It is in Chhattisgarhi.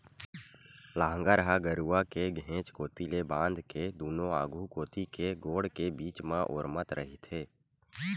लांहगर ह गरूवा के घेंच कोती ले बांध के दूनों आघू कोती के गोड़ के बीच म ओरमत रहिथे